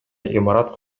имарат